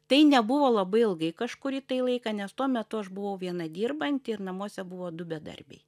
tai nebuvo labai ilgai kažkurį tai laiką nes tuo metu aš buvau viena dirbanti ir namuose buvo du bedarbiai